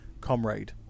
Comrade